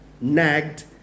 nagged